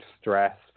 stress